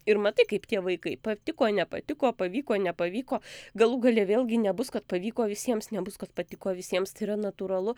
ir matai kaip tie vaikai patiko nepatiko pavyko nepavyko galų gale vėlgi nebus kad pavyko visiems nebus kad patiko visiems tai yra natūralu